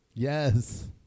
Yes